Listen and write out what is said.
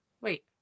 wait